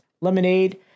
lemonade